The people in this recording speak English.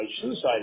suicide